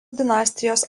dinastijos